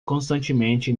constantemente